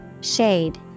Shade